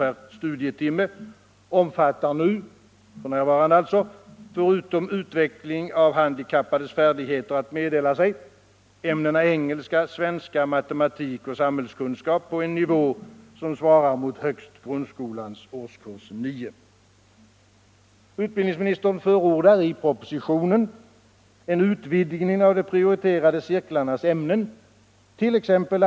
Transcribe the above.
per studietimme, omfattar nu — förutom utveckling av handikappades färdigheter att meddela sig — ämnena engelska, svenska, matematik och samhällskunskap på en nivå som svarar mot högst grundskolans årskurs 9. Utbildningsministern förordar i propositionen en utvidgning av de prioriterade cirklarnas ämnen —t.ex.